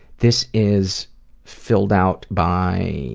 this is filled out by